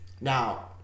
now